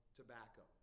tobacco